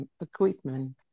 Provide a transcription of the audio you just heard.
equipment